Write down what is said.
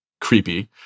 creepy